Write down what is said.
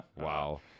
wow